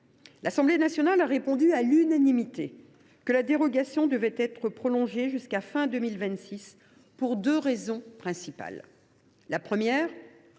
L’Assemblée nationale a répondu, à l’unanimité, que la dérogation devait être prolongée jusqu’à la fin de 2026, et cela pour deux raisons principales. La première,